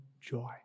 joy